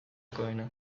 jokoena